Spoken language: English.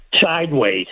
sideways